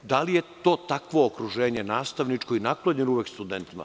Da li je to takvo okruženje nastavničko i naklonjeno uvek studentima?